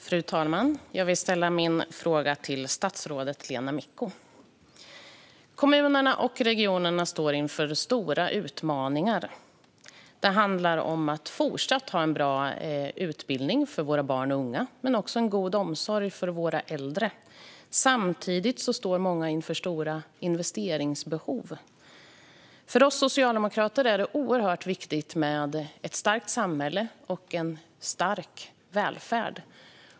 Fru talman! Jag vill ställa min fråga till statsrådet Lena Micko. Kommunerna och regionerna står inför stora utmaningar. Det handlar om att fortsatt ha en bra utbildning för våra barn och unga men också en god omsorg för våra äldre. Samtidigt står många kommuner och regioner inför stora investeringsbehov. För oss socialdemokrater är det oerhört viktigt med ett starkt samhälle och en stark välfärd.